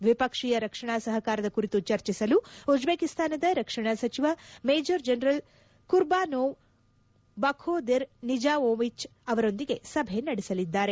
ದ್ವಿಪಕ್ಷೀಯ ರಕ್ಷಣಾ ಸಹಕಾರದ ಕುರಿತು ಚರ್ಚಿಸಲು ಉಜ್ಜೇಕಿಸ್ತಾನದ ರಕ್ಷಣಾ ಸಚಿವ major general Kurbanov Bakhodir Nizamovich ಅವರೊಂದಿಗೆ ಸಭೆ ನಡೆಸಲಿದ್ದಾರೆ